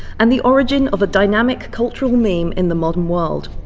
and the origin of a dynamic cultural meme in the modern world.